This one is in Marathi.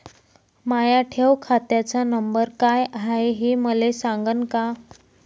माया ठेव खात्याचा नंबर काय हाय हे मले सांगान का?